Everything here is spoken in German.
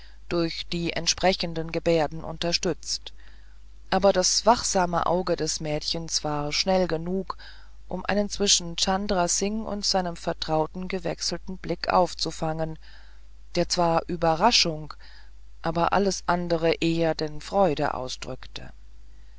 durch entsprechende gebärden unterstützt aber das wachsame auge des mädchens war schnell genug um einen zwischen chandra singh und seinem vertrauten gewechselten blick aufzufangen der zwar überraschung aber alles andere eher denn freude ausdrückte